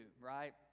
right